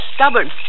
stubborn